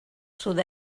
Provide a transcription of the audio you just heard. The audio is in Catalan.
sud